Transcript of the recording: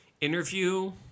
interview